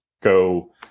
go